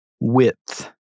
Width